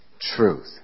truth